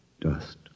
dust